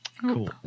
cool